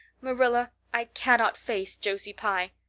marilla, i cannot face josie pye.